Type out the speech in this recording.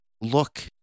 look